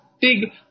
big